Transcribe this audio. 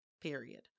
period